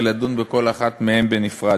ולדון בכל אחת מהן בנפרד.